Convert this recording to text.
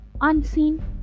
unseen